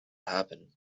happen